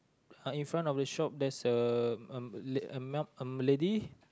uh in front of the shop there's a um a m~ a lady